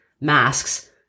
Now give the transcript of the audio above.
masks